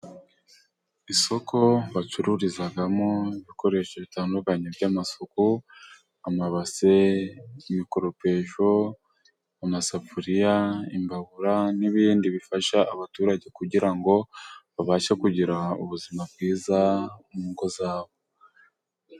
Isoko bacururizamo, ibikoresho bitandukanye by'amasuku, amabase imikoropesho amasafuriya imbabura, n'ibindi bifasha abaturage kugira ngo babashe kugira ubuzima bwiza, mu ngo zabo.